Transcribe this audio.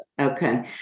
Okay